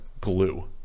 Glue